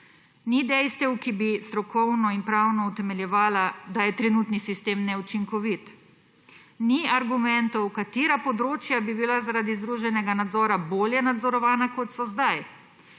Ni dejstev, ki bi strokovno in pravno utemeljevala, da je trenutni sistem neučinkovit. Ni argumentov, katera področja bi bila zaradi združenega nadzora bolje nadzorovana, kot so zdaj.